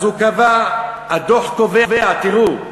אז הוא קבע, הדוח קובע, תראו,